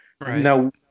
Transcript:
Now